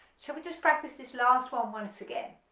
shall we just practice this last one once again